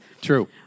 True